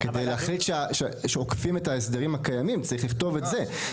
כדי להחליט שעוקפים את ההסדרים הקיימים צריכים לכתוב את זה.